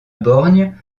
borgne